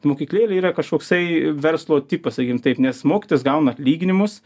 mokyklėlė yra kažkoksai verslo tipas sakykim taip nes mokytojos gauna atlyginimus